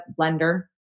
blender